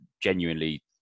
genuinely